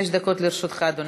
חמש דקות לרשותך, אדוני.